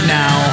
now